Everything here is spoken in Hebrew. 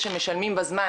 "היו זמנים".